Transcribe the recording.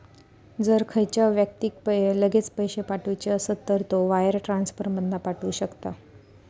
जर खयच्या व्यक्तिक लगेच पैशे पाठवुचे असत तर तो वायर ट्रांसफर मधना पाठवु शकता